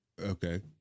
Okay